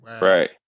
Right